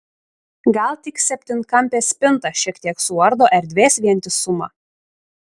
gal tik septynkampė spinta šiek tiek suardo erdvės vientisumą